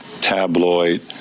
tabloid